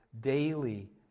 daily